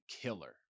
killer